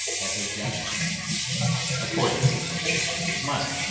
as a gentleman accordingly, they took his money,